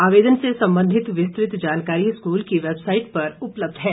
आवेदन से संबंधित विस्तृत जानकारी स्कूल की वैबसाईट पर उपलब्ध है